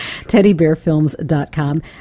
teddybearfilms.com